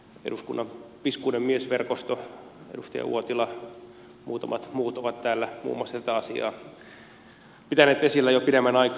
eduskunnan piskuinen miesverkosto edustaja uotila muutamat muut ovat täällä muun muassa tätä asiaa pitäneet esillä jo pidemmän aikaa